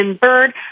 bird